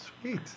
Sweet